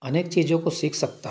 अनेक चीज़ों को सीख सकता है